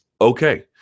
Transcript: Okay